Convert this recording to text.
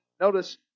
Notice